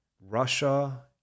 Russia